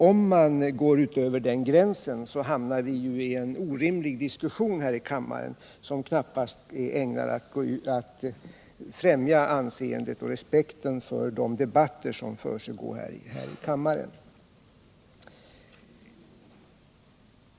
Går vi utöver den gränsen hamnar vi ju i en orimlig diskussion, som knappast är ägnad att främja riksdagens anseende och intresset för de debatter som förs här i kammaren.